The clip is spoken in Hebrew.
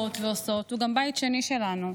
ועושות, הוא גם בית שני שלנו.